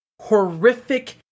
horrific